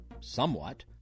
somewhat